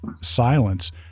silence